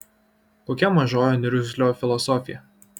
kokia mažojo niurzglio filosofija